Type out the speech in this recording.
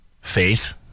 faith